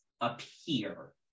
appear